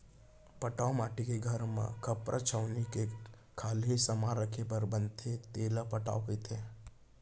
पटउहॉं माटी के घर म खपरा छानही के खाल्हे समान राखे बर बनाथे तेला पटउहॉं कथें